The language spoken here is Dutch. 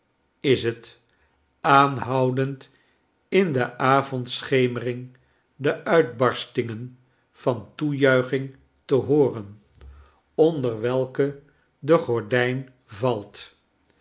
is aanhoudend in de avondschemering de uitbarstingen der toejuiching te hooren onder welke de gordijn valt